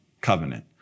covenant